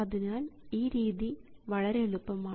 അതിനാൽ ഈ രീതി വളരെ എളുപ്പമാണ്